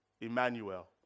Emmanuel